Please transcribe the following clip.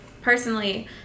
personally